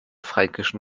fränkischen